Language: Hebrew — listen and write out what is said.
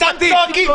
הצבעה.